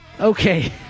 Okay